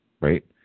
right